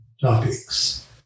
topics